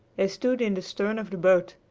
they stood in the stern of the boat,